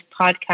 podcast